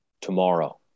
tomorrow